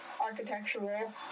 architectural